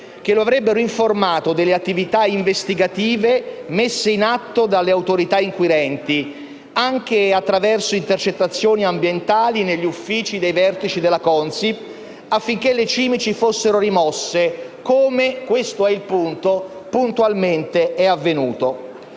che lo avrebbero informato delle attività investigative messe in atto dalle autorità inquirenti, anche attraverso intercettazioni ambientali negli uffici dei vertici della Consip affinché «le cimici» fossero rimosse, come - questo è il punto - puntualmente è avvenuto.